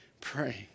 praying